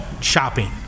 shopping